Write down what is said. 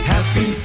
Happy